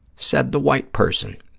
said the white person.